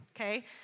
okay